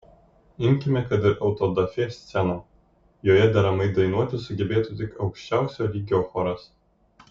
imkime kad ir autodafė sceną joje deramai dainuoti sugebėtų tik aukščiausio lygio choras